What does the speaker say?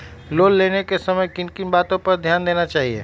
Loan लेने के समय किन किन वातो पर ध्यान देना चाहिए?